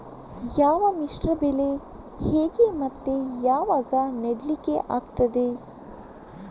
ಯಾವ ಮಿಶ್ರ ಬೆಳೆ ಹೇಗೆ ಮತ್ತೆ ಯಾವಾಗ ನೆಡ್ಲಿಕ್ಕೆ ಆಗ್ತದೆ?